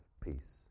peace